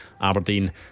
Aberdeen